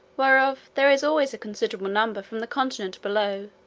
whereof there is always a considerable number from the continent below,